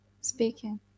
speaking